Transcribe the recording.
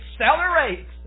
accelerate